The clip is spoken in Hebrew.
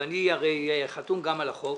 ואני הרי חתום גם על החוק,